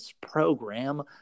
program